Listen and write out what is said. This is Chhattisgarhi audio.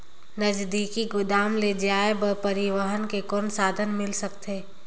नजदीकी गोदाम ले जाय बर परिवहन के कौन साधन मिल सकथे?